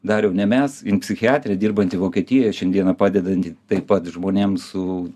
dariau ne mes jin psichiatrė dirbanti vokietijoj šiandieną padedanti taip pat žmonėms su